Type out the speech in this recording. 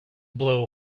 blow